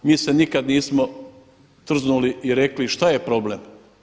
Mi se nikad nismo trznuli i rekli šta je problem?